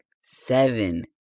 seven